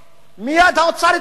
מייד האוצר התקפל.